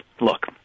look